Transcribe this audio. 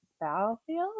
battlefield